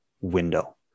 window